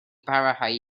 barhau